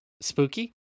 spooky